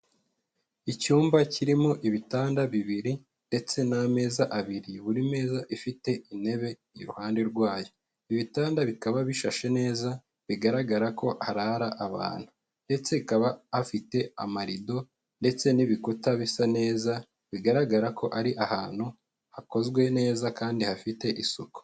Icyumba kirimo ibitanda bibiri ndetse n'ameza abiri, buri meza ifite intebe iruhande rwayo. Ibitanda bikaba bishashe neza, bigaragara ko arara abantu ndetse akaba hafite amarido ndetse n'ibikuta bisa neza, bigaragara ko ari ahantu hakozwe neza kandi hafite isuku.